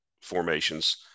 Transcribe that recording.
formations